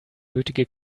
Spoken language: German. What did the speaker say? nötige